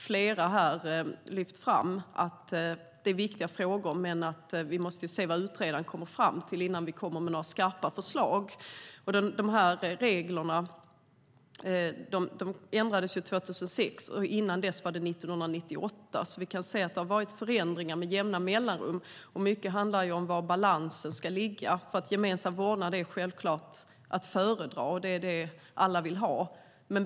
Flera här har också lyft fram att detta är viktiga frågor, men att vi måste se till vad utredaren kommer fram till innan vi lägger fram några skarpa förslag. Dessa regler ändrades 2006, och ändringen dessförinnan skedde 1998. Det har alltså genomförts förändringar med jämna mellanrum, och mycket handlar om var balansen ska ligga. Gemensam vårdnad är självklart att föredra, och det är det som alla vill ha.